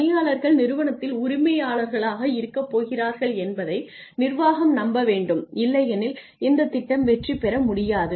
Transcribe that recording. பணியாளர்கள் நிறுவனத்தில் உரிமையாளர்களாக இருக்கப் போகிறார்கள் என்பதை நிர்வாகம் நம்ப வேண்டும் இல்லையெனில் இந்த திட்டம் வெற்றிபெற முடியாது